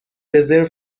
رزرو